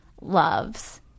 loves